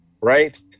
right